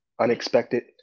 unexpected